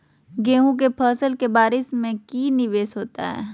गेंहू के फ़सल के बारिस में की निवेस होता है?